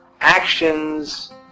Actions